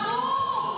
ברור,